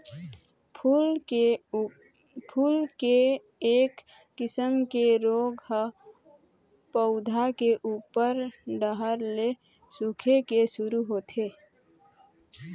फूल के एक किसम के रोग ह पउधा के उप्पर डहर ले सूखे के शुरू होथे